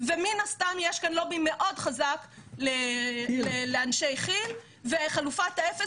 ומן הסתם יש כאן לובי מאוד חזק לאנשי כיל וחלופת האפס,